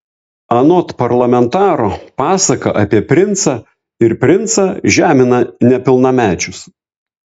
anot parlamentaro pasaka apie princą ir princą žemina nepilnamečius